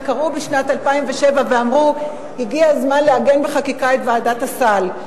שקראו בשנת 2007 ואמרו: הגיע הזמן לעגן בחקיקה את ועדת הסל.